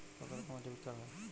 কত রকমের ডেবিটকার্ড হয়?